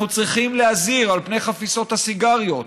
אנחנו צריכים להזהיר על חפיסות הסיגריות